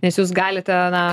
nes jūs galite na